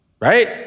right